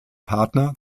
partner